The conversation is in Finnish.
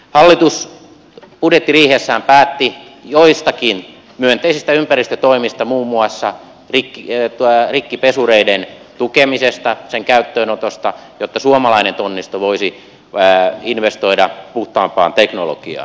hallitus budjettiriihessään päätti joistakin myönteisistä ympäristötoimista muun muassa rikkipesureiden tukemisesta niiden käyttöönotosta jotta suomalainen tonnisto voisi investoida puhtaampaan teknologiaan